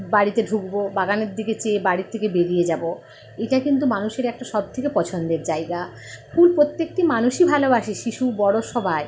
বাড়িতে ঢুকব বাগানের দিকে চেয়ে বাড়ির থেকে বেরিয়ে যাব এইটা কিন্তু মানুষের একটা সব থেকে পছন্দের জায়গা ফুল প্রত্যেকটি মানুষই ভালোবাসে শিশু বড়ো সবাই